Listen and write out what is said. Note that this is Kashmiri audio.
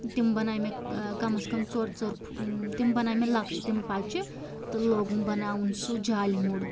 تِم بَنایہِ مےٚ ٲں کَم اَز کَم ژور ژور فُہ تِم بَنایہِ مےٚ لۄکچہِ تِم پَچہِ تہٕ لوگُم بَناوُن سُہ جالہِ موٚر